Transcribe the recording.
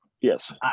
Yes